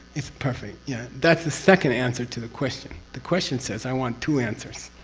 it's perfect. yeah, that's the second answer to the question. the question says i want two answers.